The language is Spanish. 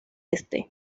este